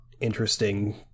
interesting